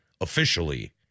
officially